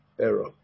error